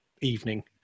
evening